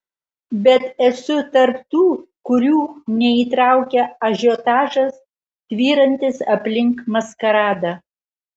bet esu tarp tų kurių neįtraukia ažiotažas tvyrantis aplink maskaradą